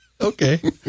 Okay